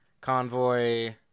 convoy